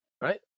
Right